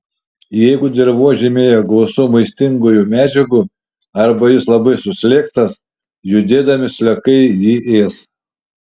jeigu dirvožemyje gausu maistingųjų medžiagų arba jis labai suslėgtas judėdami sliekai jį ės